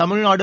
Tamil Nadu